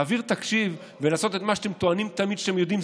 להעביר תקציב ולעשות את מה שאתם טוענים תמיד שאתם יודעים,